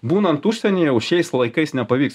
būnant užsienyje jau šiais laikais nepavyks